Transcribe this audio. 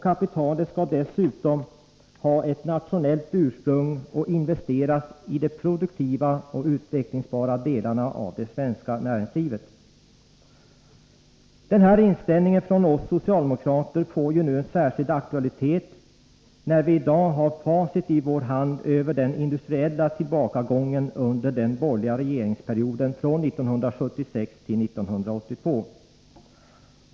Kapitalet skall dessutom ha ett nationellt ursprung och investeras i de produktiva och utvecklingsbara delarna av det svenska näringslivet. Den här inställningen från oss socialdemokrater får en särskild aktualitet när vi i dag har facit i vår hand över den industriella tillbakagången under den borgerliga regeringsperioden från 1976 till 1982.